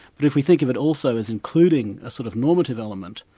but if we think of it also as including a sort of normative element,